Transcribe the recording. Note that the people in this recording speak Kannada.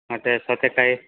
ಮತ್ತು ಸೌತೆಕಾಯಿ